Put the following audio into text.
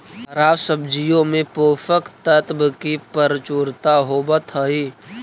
हरा सब्जियों में पोषक तत्व की प्रचुरता होवत हई